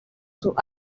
sus